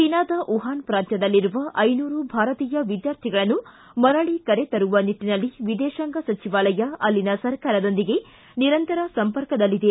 ಚೀನಾದ ವುಹಾನ ಪ್ರಾಂತ್ಯದಲ್ಲಿರುವ ಐನೂರು ಭಾರತೀಯ ವಿದ್ವಾರ್ಥಿಗಳನ್ನು ಮರಳ ಕರೆತರುವ ನಿಟ್ಟನಲ್ಲಿ ವಿದೇಶಾಂಗ ಸಚಿವಾಲಯ ಅಲ್ಲಿನ ಸರ್ಕಾರದೊಂದಿಗೆ ನಿರಂತರ ಸಂಪರ್ಕದಲ್ಲಿದೆ